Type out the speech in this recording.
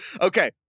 Okay